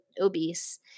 obese